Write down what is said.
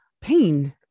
pain